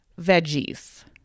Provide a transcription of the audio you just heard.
veggies